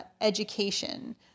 education